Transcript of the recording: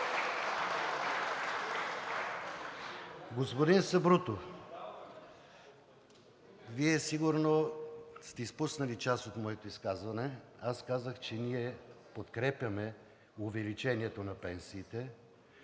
Господин Сабрутев, Вие сигурно сте изпуснали част от моето изказване. Аз казах, че ние подкрепяме увеличението на пенсиите.